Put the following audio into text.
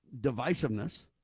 divisiveness